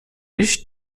ich